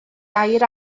air